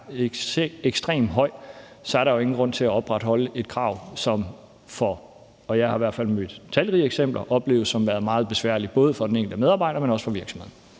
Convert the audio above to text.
ekstremt høj, er der jo ingen grund til at opretholde et krav, som – jeg har i hvert fald mødt talrige eksempler – opleves som værende meget besværlige, både for den enkelte medarbejder, men også for virksomhederne.